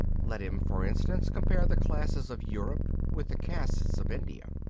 let him, for instance, compare the classes of europe with the castes of india.